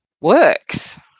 works